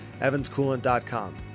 evanscoolant.com